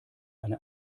eine